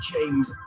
James